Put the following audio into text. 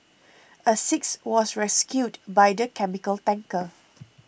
a sixth was rescued by the chemical tanker